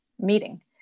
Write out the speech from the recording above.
meeting